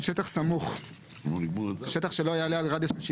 "שטח סמוך" שטח שלא יעלה על רדיוס של